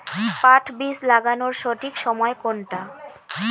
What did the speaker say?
পাট বীজ লাগানোর সঠিক সময় কোনটা?